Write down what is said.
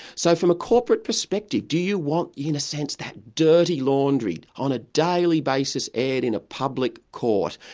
so from a corporate perspective, do you want, in a sense, that dirty laundry on a daily basis aired in a public court?